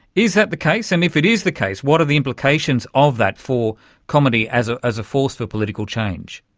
is that the case? and if it is the case, what are the implications of that for comedy as ah as a force for political change?